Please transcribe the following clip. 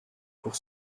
pour